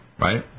Right